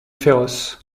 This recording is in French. féroce